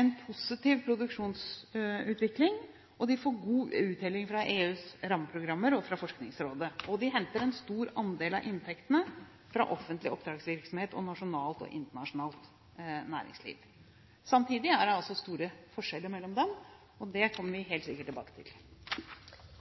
en positiv produksjonsutvikling, de får god uttelling fra EUs rammeprogrammer og fra Forskningsrådet, og de henter en stor andel av inntektene fra offentlig oppdragsvirksomhet og nasjonalt og internasjonalt næringsliv. Samtidig er det altså store forskjeller mellom dem. Det kommer vi helt sikkert tilbake til.